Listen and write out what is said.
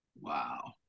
Wow